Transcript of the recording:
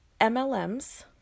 MLMs